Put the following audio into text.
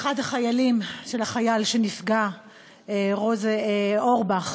אחד החיילים, של החייל שנפגע, אורבך,